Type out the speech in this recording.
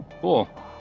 Cool